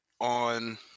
on